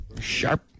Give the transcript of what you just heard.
Sharp